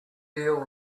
deal